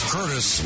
Curtis